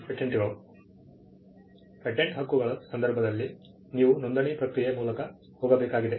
patent ಹಕ್ಕುಗಳ ಸಂದರ್ಭದಲ್ಲಿ ನೀವು ನೋಂದಣಿ ಪ್ರಕ್ರಿಯೆಯ ಮೂಲಕ ಹೋಗಬೇಕಾಗಿದೆ